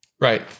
right